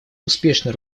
успешно